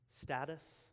status